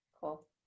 Cool